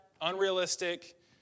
unrealistic